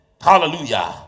Hallelujah